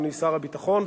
אדוני שר הביטחון,